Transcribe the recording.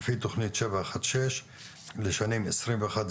על פי תכנית 716 לשנים 2021,